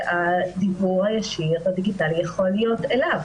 שהדיוור הישיר הדיגיטלי יכול להיות אליו.